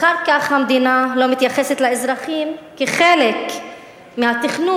אחר כך המדינה לא מתייחסת לאזרחים כאל חלק מהתכנון,